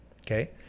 okay